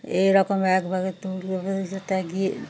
এইরকম একবার দৌড় প্রতিযোগিতায় গিয়ে